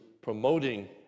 promoting